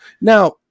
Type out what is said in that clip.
Now